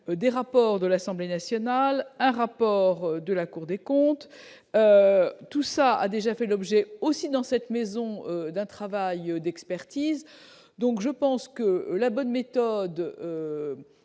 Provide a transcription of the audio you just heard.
des rapports de l'Assemblée nationale, un rapport de la Cour des comptes, tout ça, a déjà fait l'objet aussi dans cette maison d'un travail d'expertise, donc je pense que la bonne méthode,